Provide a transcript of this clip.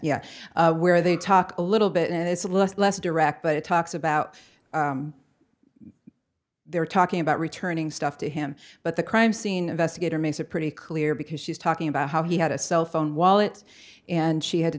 defense where they talk a little bit and it's a little less direct but it talks about they're talking about returning stuff to him but the crime scene investigator makes it pretty clear because she's talking about how he had a cell phone wallet and she had to